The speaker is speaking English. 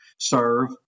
serve